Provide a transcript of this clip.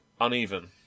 uneven